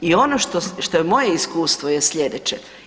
I ono što je moje iskustvo je slijedeće.